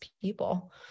people